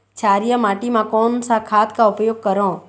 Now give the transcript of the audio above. क्षारीय माटी मा कोन सा खाद का उपयोग करों?